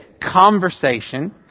conversation